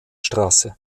straße